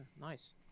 nice